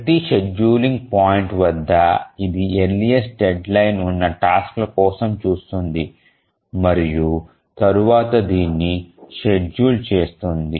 ప్రతి scheduling point వద్ద ఇది ఎర్లీస్ట్ డెడ్లైన్ ఉన్న టాస్క్ ల కోసం చూస్తుంది మరియు తరువాత దీన్ని షెడ్యూల్ చేస్తుంది